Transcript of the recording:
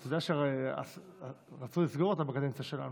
אבל אתה יודע שרצו לסגור אותה בקדנציה שלנו.